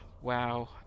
WoW